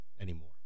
anymore